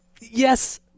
Yes